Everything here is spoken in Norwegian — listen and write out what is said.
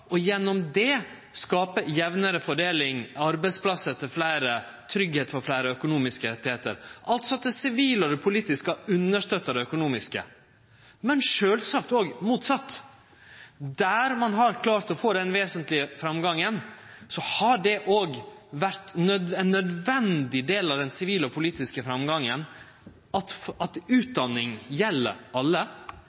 og gjennom det skape jamnare fordeling, arbeidsplassar til fleire, tryggleik for fleire og økonomiske rettar – altså at det sivile og det politiske har støtta opp under det økonomiske. Men sjølvsagt òg motsett: Der ein har klart å få den vesentlege framgangen, har det òg vore ein nødvendig del av den sivile og politiske framgangen – at utdanning gjeld alle, at